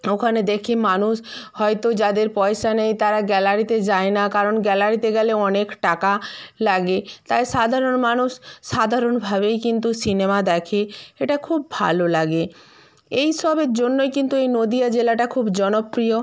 ওখানে দেখি মানুষ হয়তো যাদের পয়সা নেই তারা গ্যালারিতে যায় না কারণ গ্যালারিতে গেলে অনেক টাকা লাগে তাই সাধারণ মানুষ সাধারণভাবেই কিন্তু সিনেমা দেখে এটা খুব ভালো লাগে এই সবের জন্যই কিন্তু এই নদীয়া জেলাটা খুব জনপ্রিয়